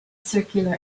circular